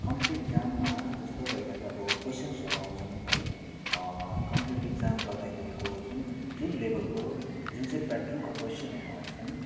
competitive इक्जाममा जस्तो तरिकाको अब कोइसन्सहरू आउँछन् है कम्पिटेटिभ इक्जाम गर्दाखेरिको जुन जुन लेबलको जुन चाहिँ प्याट्रनको कोइसनहरू आउँछन्